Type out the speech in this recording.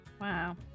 Wow